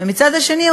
ומצד שני,